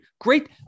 great